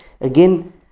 again